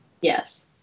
Yes